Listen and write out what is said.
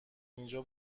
اینجا